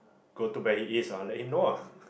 go to back it is ah let him know ah